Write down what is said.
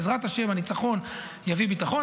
בעזרת השם הניצחון יביא ביטחון,